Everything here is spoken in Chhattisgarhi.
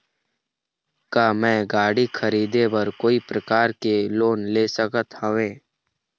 का मैं गाड़ी खरीदे बर कोई प्रकार के लोन ले सकत हावे?